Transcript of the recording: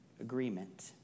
Agreement